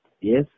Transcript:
Yes